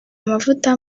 amavuta